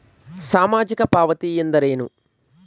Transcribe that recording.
ಸಾಮಾಜಿಕ ಪಾವತಿ ಎಂದರೇನು?